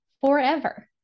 forever